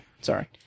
sorry